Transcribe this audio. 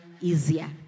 easier